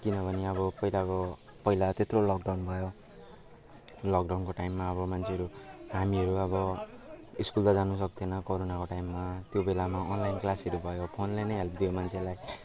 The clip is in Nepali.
किनभने अब पहिलाको पहिला त्यत्रो लकडाउन भयो लकडाउनको टाइममा अब मान्छेहरू हामीहरू अब स्कुल त जानसकेको थिएन कोरोनाको टाइममा त्यो बेलामा अनलाइन क्लासहरू भयो फोनले नै हेल्प दियो मान्छेलाई